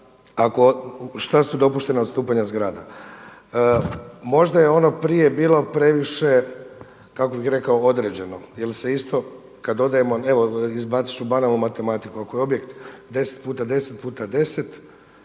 šta su dopuštena odstupanja zgrada. Možda je ono prije bilo previše kako bih rekao određeno ili se isto kad odemo, evo izbacit ću banalnu matematiku. Ako je objekt 10x10x10 to je